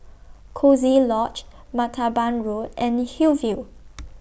Coziee Lodge Martaban Road and Hillview